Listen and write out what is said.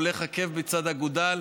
והולך עקב בצד אגודל,